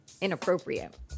inappropriate